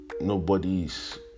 nobody's